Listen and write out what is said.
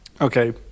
Okay